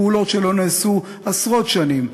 פעולות שלא נעשו עשרות שנים.